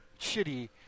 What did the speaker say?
shitty